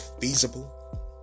feasible